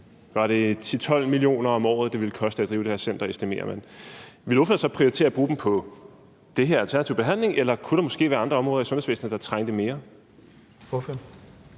var det 10-12 millioner om året, man estimerede, det ville koste at drive det her center, ville ordføreren så prioritere at bruge dem på alternativ behandling, eller kunne der måske være andre områder i sundhedsvæsenet, der trængte mere?